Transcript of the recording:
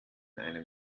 einem